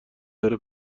داره